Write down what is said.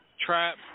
Trap